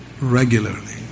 regularly